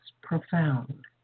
profound